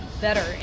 better